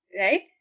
right